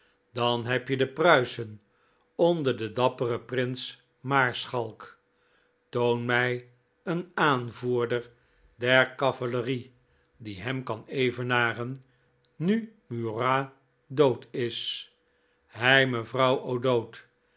dan heb je de pruisen onder den dapperen prins maarschalk toon mij een aanvoerder der cavalerie die hem kan evenaren nu murat dood is hei mevrouw o'dowd